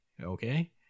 Okay